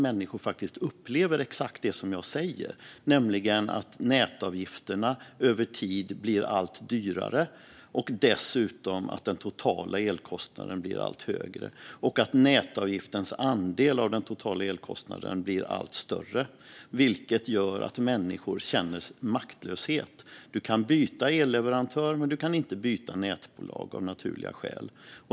Människor upplever exakt det jag säger: att nätavgifterna över tid blir allt högre, att den totala elkostnaden blir allt högre och att nätavgiftens andel av den totala elkostnaden blir allt större. Detta gör att människor känner maktlöshet. Man kan byta elleverantör men av naturliga skäl inte nätbolag.